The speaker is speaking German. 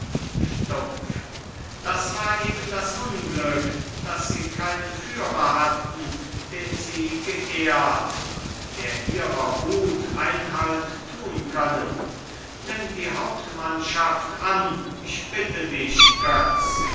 stumpf das war eben das unglück daß sie keinen führer hatten den sie geehrt und der ihrer wut einhalt tun können nimm die hauptmannschaft an ich bitte dich götz